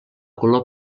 color